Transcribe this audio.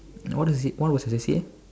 what was it what was your C_C_A